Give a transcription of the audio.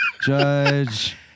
Judge